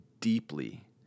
deeply